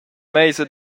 meisa